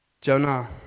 Jonah